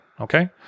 Okay